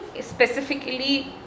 specifically